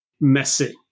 messy